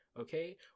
okay